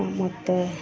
ಮತ್ತು